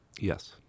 Yes